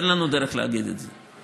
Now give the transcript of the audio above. אין לנו דרך להגיד את זה.